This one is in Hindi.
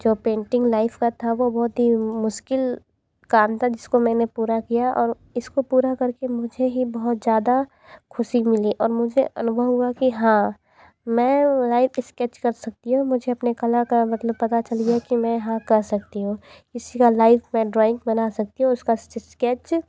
जो पेंटिंग लाइफ़ का था वो बहुत ही मुश्किल काम था जिसको मैंने पूरा किया और इसको पूरा करके मुझे ही बहुत ज़्यादा खुशी मिली और मुझे अनुभव हुआ कि हाँ मैं लाइव इस्केच कर सकती हूँ मुझे अपने कला का मतलब पता चल गया कि मैं हाँ कर सकती हूँ किसी का लाइव मैं ड्राइंग बना सकती हूँ उसका स स्केच